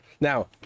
now